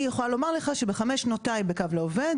אני יכולה לומר לך שבחמש שנותיי בקו לעובד